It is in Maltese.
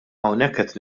qed